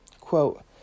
Quote